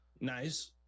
Nice